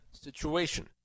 situation